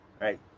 right